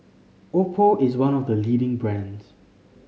Oppo is one of the leading brands